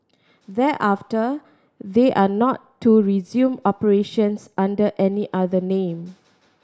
thereafter they are not to resume operations under any other name